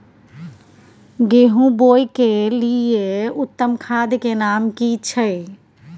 गेहूं बोअ के लिये उत्तम खाद के नाम की छै?